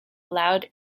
allowed